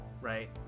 right